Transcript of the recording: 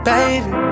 Baby